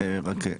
אוקיי.